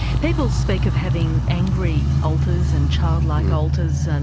people speak of having angry alters and childlike alters and,